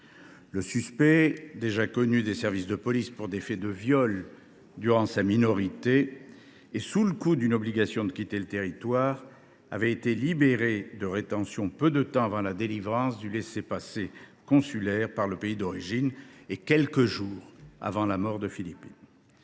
Le suspect, déjà connu des services de police pour des faits de viol durant sa minorité et sous le coup d’une obligation de quitter le territoire français (OQTF), avait été libéré de rétention peu de temps avant la délivrance du laissez passer consulaire par le pays d’origine, quelques jours avant la mort de Philippine.